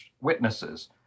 witnesses